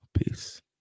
Peace